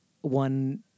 one